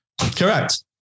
Correct